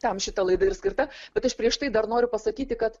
tam šita laida ir skirta bet aš prieš tai dar noriu pasakyti kad